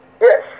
Yes